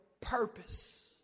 purpose